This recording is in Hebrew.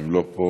אם לא פה,